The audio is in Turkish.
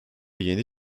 yeni